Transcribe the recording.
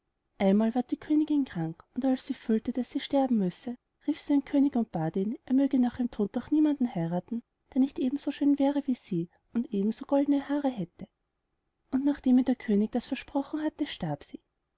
einmal ward die königin krank und als sie fühlte daß sie sterben müsse rief sie den könig und bat ihn er möge nach ihrem tod doch niemand heirathen der nicht eben so schön wäre wie sie und eben so goldne haare hätte und nachdem ihr der könig das versprochen hatte starb sie